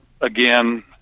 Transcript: again